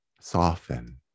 soften